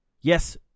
Yes